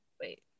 Wait